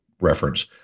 reference